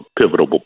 pivotal